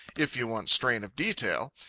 if you want strain of detail.